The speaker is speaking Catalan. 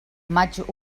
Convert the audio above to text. maig